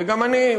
וגם אני,